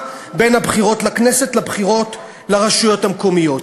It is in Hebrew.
בין הבחירות לכנסת לבחירות לרשויות המקומיות.